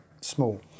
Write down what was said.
small